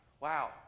Wow